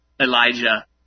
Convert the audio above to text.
Elijah